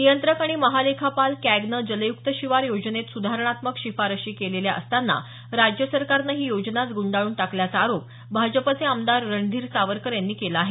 नियंत्रक आणि महालेखापाल कॅगने जलयुक्त शिवार योजनेत सुधारणात्मक शिफारसी केलेल्या असताना राज्य सरकारनं ही योजनाच गुंडाळून टाकल्याचा आरोप भाजपाचे आमदार रणधीर सावरकर यांनी केला आहे